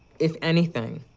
if anything?